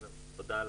תודה.